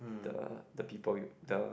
the the people the